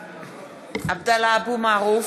עבדאללה אבו מערוף,